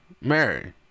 Mary